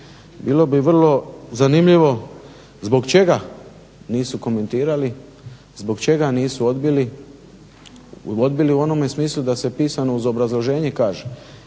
Bilo bi vrlo zanimljivo zbog čega nisu komentirali zbog čega nisu odbili u onome smislu da se pisano obrazloženje kaže,